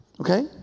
Okay